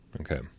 Okay